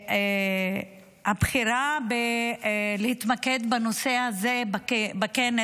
הבחירה להתמקד בנושא הזה בכנס,